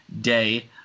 day